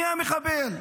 מי המחבל?